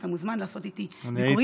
ואתה מוזמן לעשות איתי ביקורים,